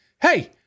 Hey